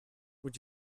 would